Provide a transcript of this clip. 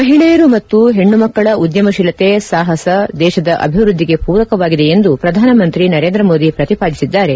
ಮಹಿಳೆಯರು ಮತ್ತು ಹೆಣ್ಣು ಮಕ್ಕಳ ಉದ್ಯಮಶೀಲತೆ ಸಾಹಸ ದೇಶದ ಅಭಿವೃದ್ಧಿಗೆ ಪೂರಕವಾಗಿದೆ ಎಂದು ಪ್ರಧಾನಮಂತ್ರಿ ನರೇಂದ್ರ ಮೋದಿ ಪ್ರತಿಪಾದಿಸಿದ್ದಾರೆ